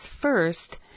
first